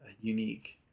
unique